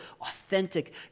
authentic